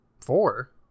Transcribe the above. four